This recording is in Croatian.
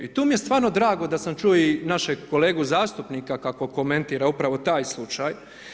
I tu mi je stvarno drago da sam čuo i našeg kolegu zastupnika kako komentira upravo taj slučaj.